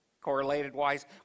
correlated-wise